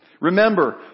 Remember